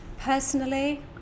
Personally